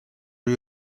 you